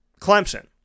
Clemson